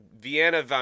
Vienna